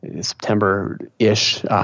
September-ish